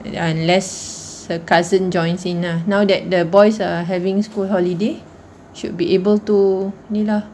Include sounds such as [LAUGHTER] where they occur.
[BREATH] unless her cousin joins in uh now that the boys are having school holiday should be able to ni lah